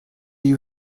you